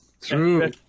True